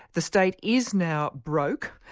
the state is now broke,